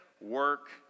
work